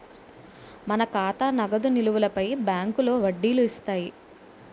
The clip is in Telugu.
మన ఖాతా నగదు నిలువులపై బ్యాంకులో వడ్డీలు ఇస్తాయి